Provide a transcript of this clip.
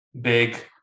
big